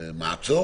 מעצור?